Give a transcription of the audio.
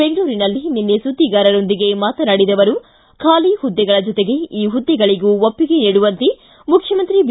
ಬೆಂಗಳೂರಿನಲ್ಲಿ ನಿನ್ನೆ ಸುದ್ದಿಗಾರರೊಂದಿಗೆ ಮಾತನಾಡಿದ ಅವರು ಖಾಲಿ ಹುದ್ದೆಗಳ ಜೊತೆಗೆ ಈ ಹುದ್ದೆಗಳಿಗೂ ಒಪ್ಪಿಗೆ ನೀಡುವಂತೆ ಮುಖ್ಖಮಂತ್ರಿ ಬಿ